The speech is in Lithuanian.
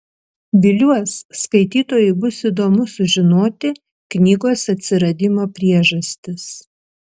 viliuos skaitytojui bus įdomu sužinoti knygos atsiradimo priežastis